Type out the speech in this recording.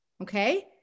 Okay